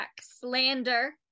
slander